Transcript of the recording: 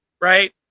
right